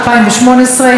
התשע"ח 2018,